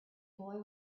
boy